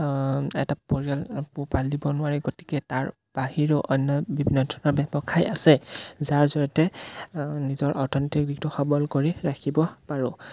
এটা পৰিয়াল পোহপাল দিব নোৱাৰে গতিকে তাৰ বাহিৰেও অন্য বিভিন্ন ধৰণৰ ব্যৱসায় আছে যাৰ জৰিয়তে নিজৰ অৰ্থনৈতিক দিশটো সবল কৰি ৰাখিব পাৰোঁ